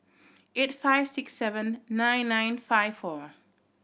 eight five six seven nine nine five four